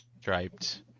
striped